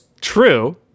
true